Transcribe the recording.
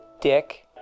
Dick